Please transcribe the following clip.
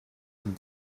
mit